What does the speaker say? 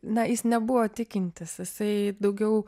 na jis nebuvo tikintis jisai daugiau